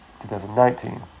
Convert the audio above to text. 2019